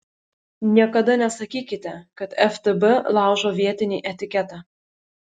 niekada nesakykite kad ftb laužo vietinį etiketą